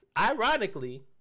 Ironically